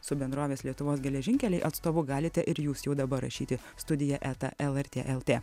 su bendrovės lietuvos geležinkeliai atstovu galite ir jūs jau dabar rašyti studija eta lrt lt